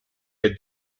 had